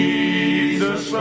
Jesus